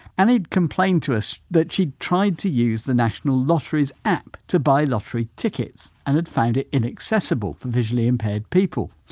annie complained to us that she'd tried to use the national lottery's app to buy lottery tickets and had found it inaccessible for visually impaired people.